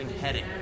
heading